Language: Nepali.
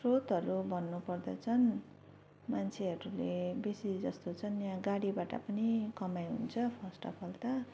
स्रोतहरू भन्नु पर्दा चाहिँ मान्छेहरूले बेसी जस्तो चाहिँ यहाँ गाडीबाट पनि कमाइ हुन्छ फर्स्ट अब् अल त